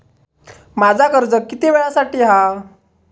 माझा कर्ज किती वेळासाठी हा?